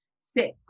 sit